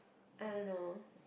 I don't know